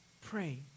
pray